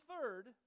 third